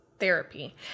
therapy